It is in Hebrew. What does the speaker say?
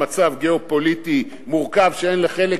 היא לא עשתה התאמות לכך שמדובר במצב גיאו-פוליטי מורכב שאין לחלק,